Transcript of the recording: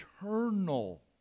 eternal